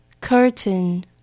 curtain